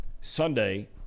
Sunday